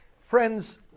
Friends